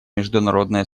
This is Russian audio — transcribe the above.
международное